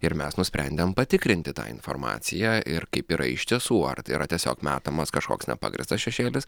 ir mes nusprendėm patikrinti tą informaciją ir kaip yra iš tiesų ar tai yra tiesiog metamas kažkoks nepagrįstas šešėlis